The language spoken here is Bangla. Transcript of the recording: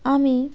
আমি